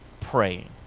praying